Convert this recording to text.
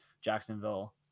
Jacksonville